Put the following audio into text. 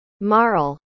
MARL